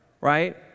Right